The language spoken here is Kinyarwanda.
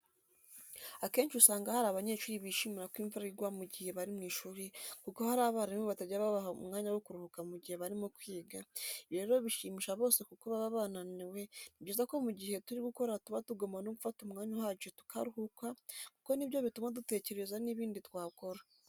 Akenshi usanga hari abanyeshuri bishimira ko imvura igwa mu gihe bari mu ishuri, kuko hari abarimu batajya babaha umwanya wo kuruhuka mu gihe barimo kwiga, ibi rero bishimisha bose kuko baba bananiwe, ni byiza ko mu gihe turi gukora tuba tugomba no gufata umwanya uhagije tukaruhuka kuko ni byo bituma dutekereza n'ibindi twakora.